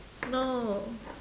no